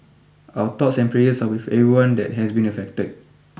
our thoughts and prayers are with everyone that has been affected